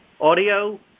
audio